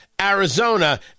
Arizona